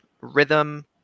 rhythm